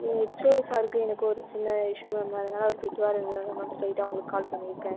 HOD சாருக்கும் எனக்கும் ஒரு சின்ன இஸ்ஸுவ் மேம் அதனால் அவர் திட்டுவார்ன்னு தான் மேம் ஸ்ட்ரெயிட்டாக உங்களுக்கு கால் பண்ணியிருக்கன்